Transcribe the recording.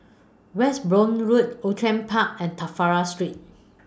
Westbourne Road Outram Park and Trafalgar Street